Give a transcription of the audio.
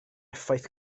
effaith